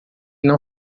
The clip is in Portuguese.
não